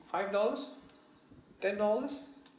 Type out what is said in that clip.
five dollars ten dollars